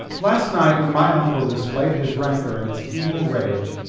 last night when my uncle displayed his rancour and his evil rage,